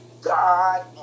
God